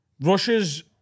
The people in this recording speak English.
Russia's